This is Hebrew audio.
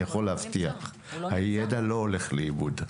אני יכול להבטיח לך שהידע לא הולך לאיבוד.